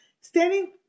standing